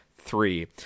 three